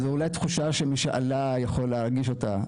וזו אולי תחושה שמי שעלה יכול להרגיש אותה,